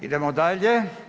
Idemo dalje.